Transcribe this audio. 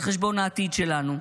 על חשבון העתיד שלנו.